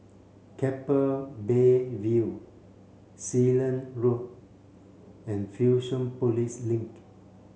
Keppel Bay View Sealand Road and Fusionopolis Link